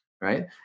right